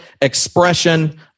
expression